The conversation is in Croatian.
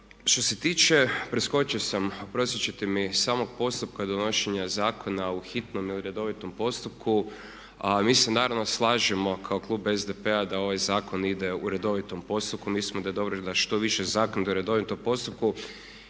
Što se tiče, preskočio sam, oprostite ćete mi samo postupak donošenja zakona u hitnom ili redovitom postupku, a mi se naravno slažemo kao klub SDP-a da ovaj zakon ide u redovitom postupku. Mislimo da je dobro da što više zakona ide u redovito postupku.